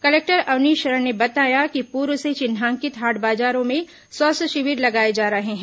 collector Avnish Sharan ने बताया कि पूर्व से चिन्हांकित हाट बाजारों में स्वास्थ्य शिविर लगाए जा रहे हैं